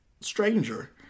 stranger